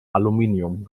aluminium